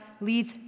leads